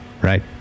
right